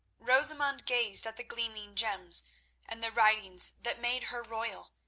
rosamund gazed at the gleaming gems and the writings that made her royal,